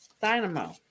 dynamo